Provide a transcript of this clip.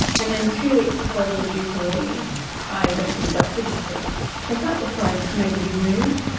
and then two weeks before we were due to leave i went to the doctor just for a check-up before i made the big move,